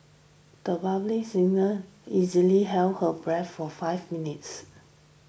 the violin singer easily held her breath for five minutes